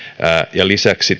ja lisäksi